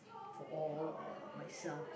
for all uh myself